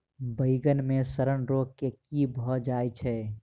बइगन मे सड़न रोग केँ कीए भऽ जाय छै?